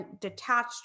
detached